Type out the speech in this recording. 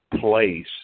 place